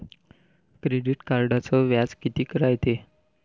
Credit कार्डचं व्याज कितीक रायते?